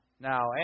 Now